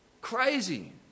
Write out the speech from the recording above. Crazy